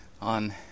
On